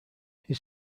his